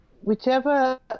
whichever